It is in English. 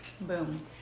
boom